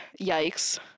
yikes